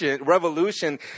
revolution